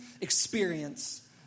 experience